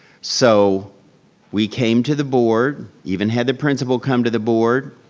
so we came to the board even had the principal come to the board,